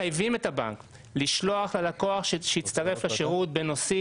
מחייבים את הבנק לשלוח ללקוח שהצטרף לשירות בנושאים,